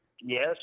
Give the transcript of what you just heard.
Yes